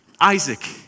Isaac